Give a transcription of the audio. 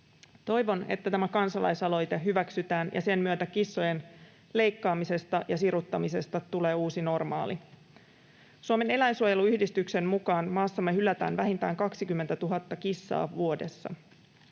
Toivon, että tämä kansalaisaloite hyväksytään ja sen myötä kissojen leikkaamisesta ja siruttamisesta tulee uusi normaali. Suomen eläinsuojeluyhdistyksen mukaan maassamme hylätään vähintään 20 000 kissaa vuodessa.